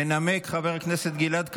מנמק חבר הכנסת גלעד קריב.